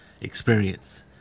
experience